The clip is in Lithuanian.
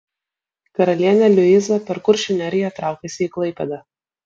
karalienė liuiza per kuršių neriją traukėsi į klaipėdą